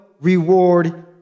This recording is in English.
reward